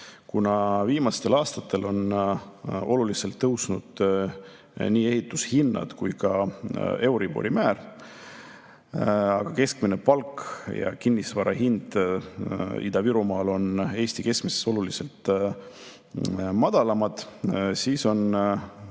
Kuna viimastel aastatel on oluliselt tõusnud nii ehitushinnad kui ka euribori määr, aga keskmine palk ja kinnisvara hind Ida-Virumaal on Eesti keskmisest oluliselt madalamad, siis on